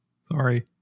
Sorry